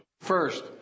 First